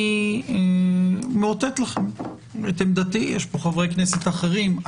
אני מאותת לכם את עמדתי, יש פה חברי כנסת אחרים.